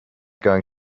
going